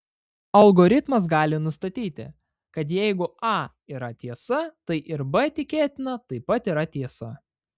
algoritmas gali nustatyti kad jeigu a yra tiesa tai ir b tikėtina taip pat yra tiesa